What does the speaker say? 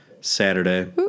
Saturday